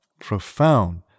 profound